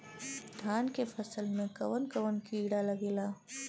धान के फसल मे कवन कवन कीड़ा लागेला?